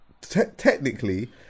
technically